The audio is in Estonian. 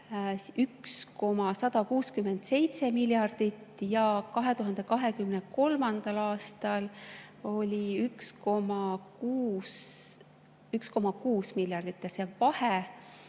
1,167 miljardit ja 2023. aastal oli 1,6 miljardit. See vahe